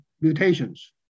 mutations